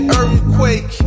earthquake